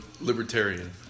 libertarian